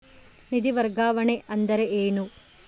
ನಿಧಿ ವರ್ಗಾವಣೆ ಅಂದರೆ ಏನು?